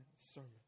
sermon